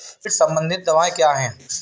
कीट संबंधित दवाएँ क्या हैं?